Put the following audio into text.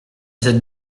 cette